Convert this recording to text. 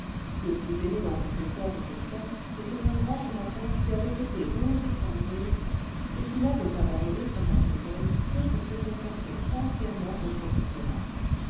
le plus éminent professeur cle cette classe était un grand orateur qui avait été onze fois ministre et qui n'avait abandonné son portefeuille que pour se consacrer entièrement au